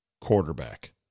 quarterback